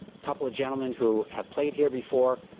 couple gentleman who have played here before,